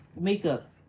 makeup